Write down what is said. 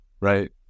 right